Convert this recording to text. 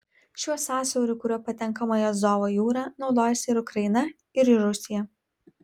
šiuo sąsiauriu kuriuo patenkama į azovo jūrą naudojasi ir ukraina ir rusija